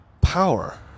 power